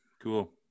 Cool